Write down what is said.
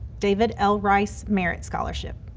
david l. rice merit scholarship.